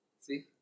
see